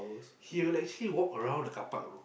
he will actually walk around the carpark though